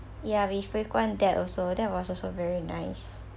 ya we frequent that also that was also very nice